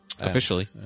Officially